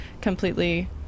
completely